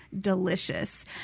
delicious